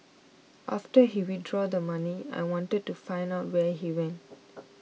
after he withdrew the money I wanted to find out where he went